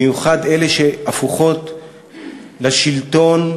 במיוחד אלה שהפוכות לשלטון,